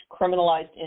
criminalized